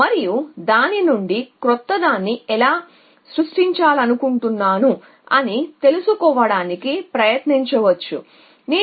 మరియు నేను దాని నుండి క్రొత్తదాన్ని ఎలా సృష్టించగలను అని చూడటానికి ప్రయత్నిస్తున్నాను